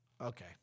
Okay